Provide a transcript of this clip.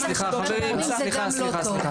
חברים, סליחה, סליחה, סליחה.